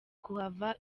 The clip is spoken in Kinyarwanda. kuhava